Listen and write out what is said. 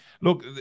look